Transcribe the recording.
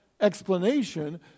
explanation